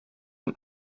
een